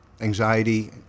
anxiety